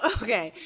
okay